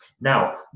Now